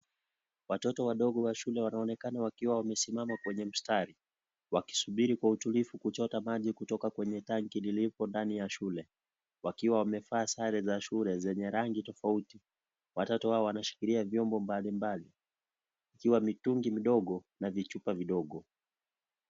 Watoto wadogo wa shule wanaonekana wakiwa wamesimama kwenye mstari, wakisubiri kwa utulivu kuchota maji kutoka kwenye tanki liliko ndani ya shule, wakiwa wamevaa sare za shule zenye rangi tofauti, watoto hawa wanashikilia vyombo mbalimbali ikiwa mitungi midogo na vichupa vidogo.